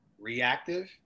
reactive